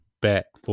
bet